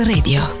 Radio